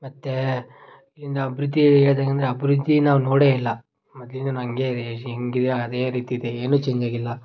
ಮತ್ತು ಇನ್ನು ಅಭಿವೃದ್ಧಿ ಹೇಗದೆ ಅಂದರೆ ಅಭಿವೃದ್ಧಿ ನಾವು ನೋಡೇ ಇಲ್ಲ ಮೊದ್ಲಿಂದಲೂ ಹಾಗೇ ಇದೆ ಈಗ ಹೇಗಿದ್ಯೋ ಅದೇ ರೀತಿ ಇದೆ ಏನೂ ಚೇಂಜಾಗಿಲ್ಲ